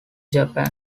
japan